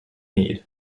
need